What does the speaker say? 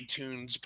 iTunes